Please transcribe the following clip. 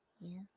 Yes